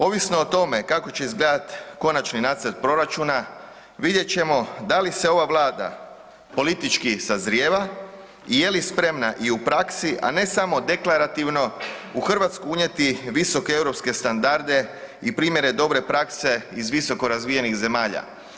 Ovisno o tome kako će izgledati konačni nacrt proračuna, vidjet ćemo da li se ova Vlada politički sazrijeva i je li spremna, i u praksi, a ne samo deklarativno u Hrvatsku unijeti visoke europske standarde i primjere dobre prakse iz visokorazvijenih zemalja.